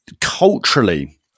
culturally